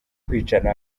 kwicana